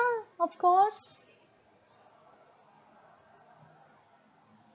of course